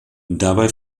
dabei